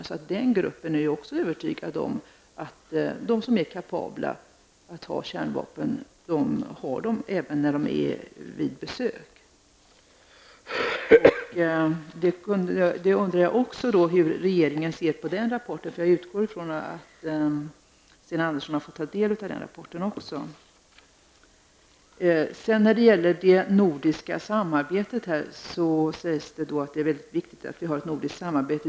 Forskargruppen är alltså övertygad om att de fartyg som är kapabla att ha kärnvapen har dem även vid besök. Jag undrar hur regeringen ser på den rapporten, för jag utgår från att Sten Andersson också har fått ta del av den. När det gäller det nordiska samarbetet sägs det att det är mycket viktigt att vi har ett sådant samarbete.